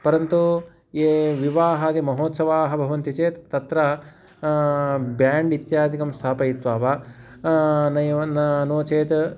परन्तु ये विवाहादि महोत्सवाः भवन्ति चेत् तत्र ब्याण्ड् इत्यादिकं स्थापयित्वा वा नैव न नो चेत्